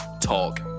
talk